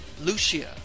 Lucia